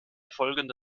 folgende